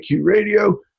Radio